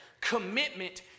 Commitment